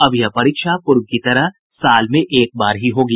अब यह परीक्षा पूर्व की तरह साल में एक बार ही होगी